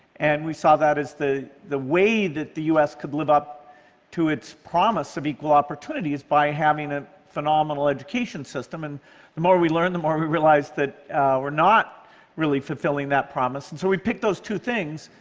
and we saw that as the the way that the u s. could live up to its promise of equal opportunity is by having a phenomenal education system, and the more we learned, the more we realized we're not really fulfilling that promise. and so we picked those two things,